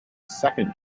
second